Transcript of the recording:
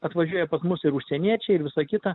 atvažiuoja pas mus ir užsieniečiai ir visa kita